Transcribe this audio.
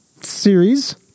series